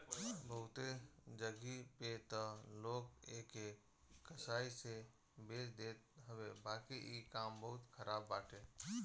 बहुते जगही पे तअ लोग एके कसाई से बेच देत हवे बाकी इ काम बहुते खराब बाटे